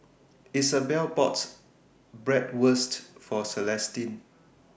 Isabel bought Bratwurst For Celestine